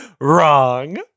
wrong